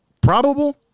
probable